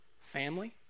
Family